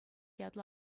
ятлӑ